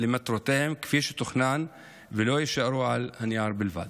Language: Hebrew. למטרותיהם כפי שתוכנן ולא יישארו על הנייר בלבד.